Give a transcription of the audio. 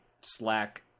slack